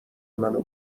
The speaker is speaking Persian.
منو